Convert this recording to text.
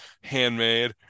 handmade